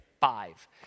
five